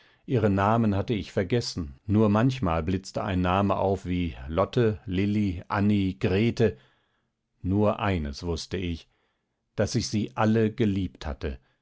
ihre namen hatte ich vergessen nur manchmal blitzte ein name auf wie lotte lilly anny grete nur eines wußte ich daß ich sie alle geliebt hatte